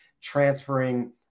transferring